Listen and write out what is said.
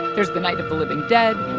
there's the night of the living dead.